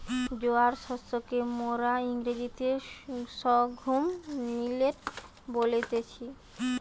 জোয়ার শস্যকে মোরা ইংরেজিতে সর্ঘুম মিলেট বলতেছি